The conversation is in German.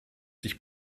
sich